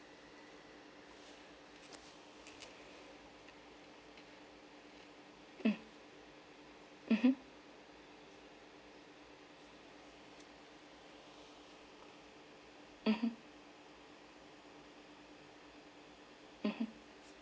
mm mmhmm mmhmm mmhmm